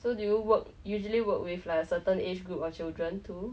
so do you work usually work with like a certain age group of children too